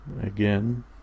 again